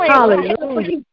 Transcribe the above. Hallelujah